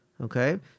okay